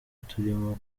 turimo